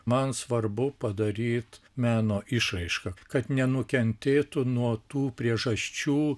man svarbu padaryt meno išraišką kad nenukentėtų nuo tų priežasčių